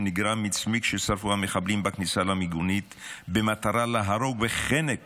שנגרם מצמיג ששרפו המחבלים בכניסה למיגונית במטרה להרוג בחנק